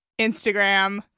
instagram